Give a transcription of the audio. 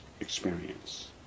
experience